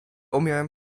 umiałem